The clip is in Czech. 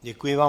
Děkuji vám.